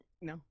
No